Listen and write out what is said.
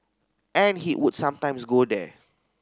and he would sometimes go there